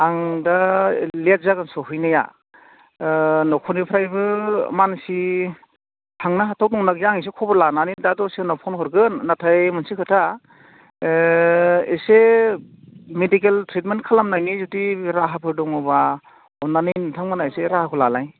आं दा लेट जागोन सहैनाया न'खरनिफ्रायबो मानसि थांनो हाथाव दंना गैया आं एसे खबर लानानै दा दसे उनाव फन हरगोन नाथाय मोनसे खोथा एसे मेडिकेल ट्रिटमेन्ट खालामनायनि जुदि राहाफोर दङब्ला अननानै नोंथांमोनहा एसे राहाखौ लालाय